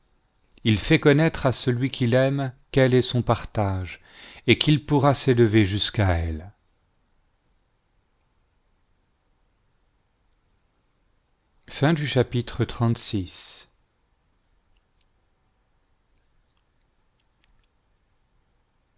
il fait connaître à celui qu'il aima qu'elle est son partage et qu'il pourra s'élever jusqu'à elle chapitre